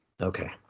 Okay